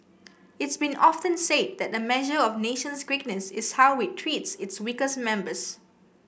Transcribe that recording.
it's been often said that a measure of nation's greatness is how it treats its weakest members